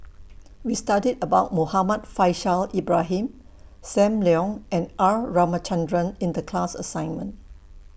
We studied about Muhammad Faishal Ibrahim SAM Leong and R Ramachandran in The class assignment